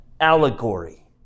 allegory